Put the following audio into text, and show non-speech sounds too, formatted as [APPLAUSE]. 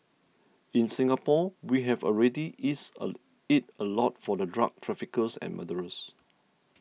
in Singapore we have already eased [HESITATION] it a lot for the drug traffickers and murderers